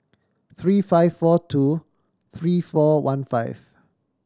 three five four two three four one five